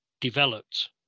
developed